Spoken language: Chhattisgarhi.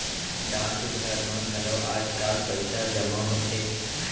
डाकघर म घलौ आजकाल पइसा जमा होथे